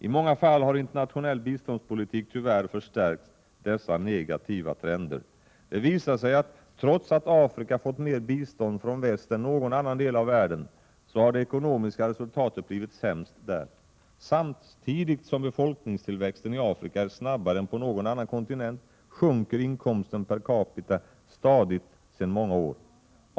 I många fall har internationell biståndspolitik tyvärr förstärkt dessa negativa trender. Det visar sig att trots att Afrika fått mer bistånd från väst än någon annan del av världen har det ekonomiska resultatet blivit sämst där. Samtidigt som befolkningstillväxten i Afrika är snabbare än på någon annan kontinent, sjunker inkomsten per capita stadigt sedan många år.